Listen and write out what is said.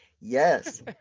Yes